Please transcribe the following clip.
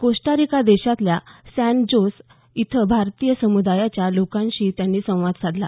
Costa Rica देशातल्या San Jose इथं भारतीय समुदायांच्या लोकांशी त्यांनी संवाद साधला